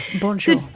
Bonjour